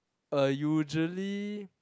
uh usually